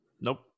nope